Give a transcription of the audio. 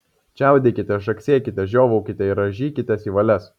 čiaudėkite žagsėkite žiovaukite ir rąžykitės į valias